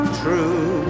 true